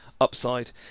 upside